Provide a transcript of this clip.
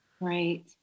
Right